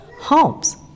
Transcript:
Homes